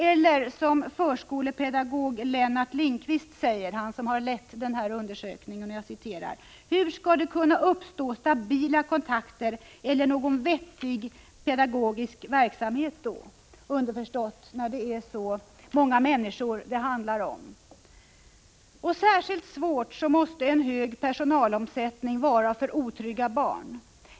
Eller, som förskolepedagog Lennart Lindkvist, han som ledde den här undersökningen, säger: ”Hur skall det kunna uppstå stabila kontakter eller någon vettig pedagogisk verksamhet då?” Underförstått: när så många människor är inblandade. Särskilt svår måste en hög personalomsättning vara för otrygga barn.